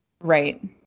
Right